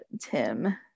Tim